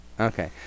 Okay